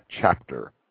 chapter